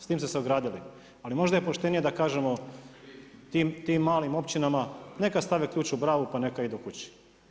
S tim ste se ogradili, ali možda je poštenije da kažemo tim malim općinama neka stave ključ u bravu pa neka idu kući.